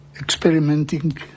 experimenting